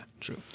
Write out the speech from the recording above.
true